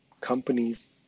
companies